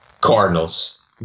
Cardinals